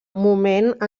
moment